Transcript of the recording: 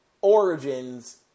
origins